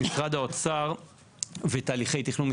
משרד האוצר ותהליכי תכנון.